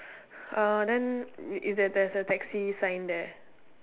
uh then i~ is there there's a taxi sign there